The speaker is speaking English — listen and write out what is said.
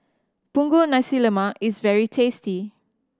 Punggol Nasi Lemak is very tasty